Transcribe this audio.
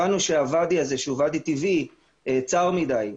הבנו שהוואדי הזה, שהוא ואדי טבעי, צר מדי.